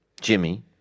Jimmy